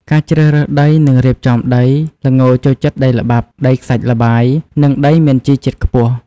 ការជ្រើសរើសដី និងរៀបចំដី ល្ងចូលចិត្តដីល្បាប់ ដីខ្សាច់ល្បាយ និងដីមានជីជាតិខ្ពស់។